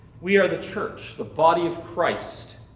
we are the church, the body of christ,